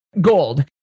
gold